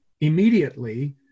immediately